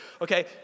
okay